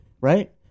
right